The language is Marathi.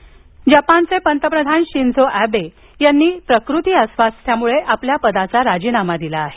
शिंझो एबे जपानचे पंतप्रधान शिंझो अॅबे यांनी प्रकृती अस्वास्थ्यामुळे आपल्या पदाचा राजीनामा दिला आहे